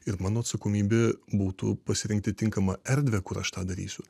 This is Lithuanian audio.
ir mano atsakomybė būtų pasirinkti tinkamą erdvę kur aš tą darysiu